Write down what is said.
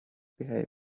behaves